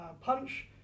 punch